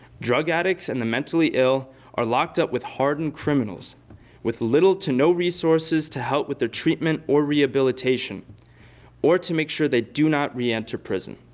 drug addicts and the mentally ill are locked up with hardened criminals with little to no resources to help with their treatment or rehabilitation or to make sure they do not reenter prison.